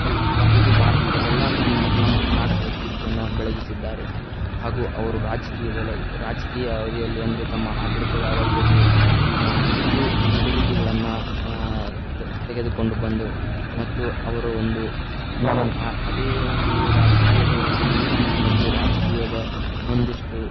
ಎಲ್ಲ ಬಾ ಇಡೀ ಭಾರತದಲ್ಲೆಲ್ಲ ತಮ್ಮ ನಮ್ಮ ಕರ್ನಾಟಕದ ಕೀರ್ತಿಯನ್ನು ಬೆಳಗಿಸಿದ್ದಾರೆ ಹಾಗೂ ಅವರು ರಾಜಕೀಯದಲ್ಲಿ ರಾಜಕೀಯ ಅವಧಿಯಲ್ಲಿ ಅಂದರೆ ತಮ್ಮ ಆಡಳಿತದ ಅವಧಿಯಲ್ಲಿ ಹೆಚ್ಚು ಅಭಿವೃದ್ಧಿಗಳನ್ನ ತೆಗೆದುಕೊಂಡು ಬಂದು ಮತ್ತು ಅವರು ಒಂದು ಅದೇ ಒಂದು ರಾಜಕೀಯದ ಒಂದು ನೀತಿ ಮತ್ತು ರಾಜಕೀಯದ ಒಂದಿಷ್ಟು